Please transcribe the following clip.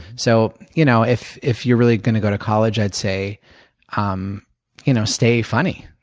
so you know if if you're really going to go to college, i'd say um you know stay funny.